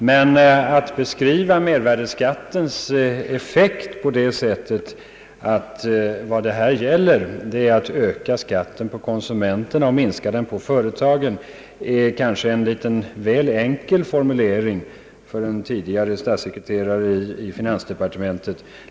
Men att beskriva mervärdeskattens effekt så att den ökar skatten för konsumenterna och minskar den för företagen är kanske en väl enkel formulering av en tidigare statssekreterare i finansdepartementet.